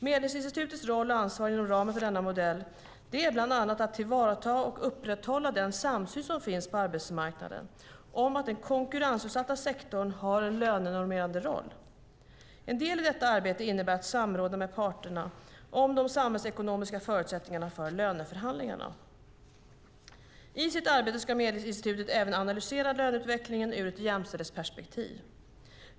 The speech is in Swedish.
Medlingsinstitutets roll och ansvar inom ramen för denna modell är bland annat att tillvarata och upprätthålla den samsyn som finns på arbetsmarknaden om att den konkurrensutsatta sektorn har en lönenormerande roll. En del i detta arbete innebär att samråda med parterna om de samhällsekonomiska förutsättningarna för löneförhandlingarna. I sitt arbete ska Medlingsinstitutet även analysera löneutvecklingen ur ett jämställdhetsperspektiv.